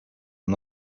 and